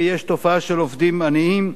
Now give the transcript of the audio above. ויש תופעה של עובדים עניים,